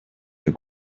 your